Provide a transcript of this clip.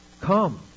Come